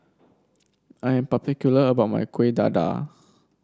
I'm particular about my Kuih Dadar